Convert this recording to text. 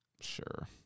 Sure